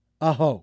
Aho